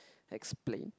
explain